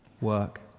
work